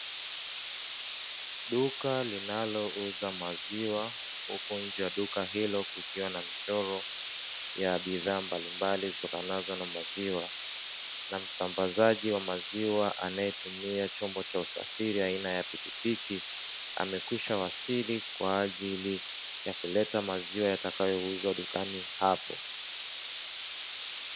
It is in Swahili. Duka linalouza maziwa huku nje ya duka hilo kukiwa na michoro ya bidhaa mbaimbali, zitokanazo na maziwa na msambazaji wa maziwa, anayetumia chombo cha usafiri aina ya pikipiki, amekwisha wasili kwa ajili ya kuleta maziwa yatakayouzwa dukani hapo.